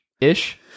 ish